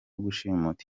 gushimuta